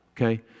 okay